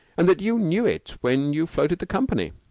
and that you knew it when you floated the company.